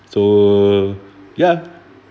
so ya